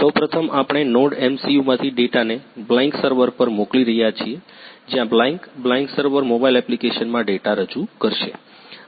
સૌ પ્રથમ આપણે NodeMCU માંથી ડેટાને બ્લાઇન્ક સર્વર પર મોકલી રહ્યા છીએ જ્યાં બ્લાઇન્ક બ્લાઇંક સર્વર મોબાઇલ એપ્લિકેશનમાં ડેટા રજૂ કરશે